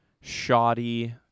shoddy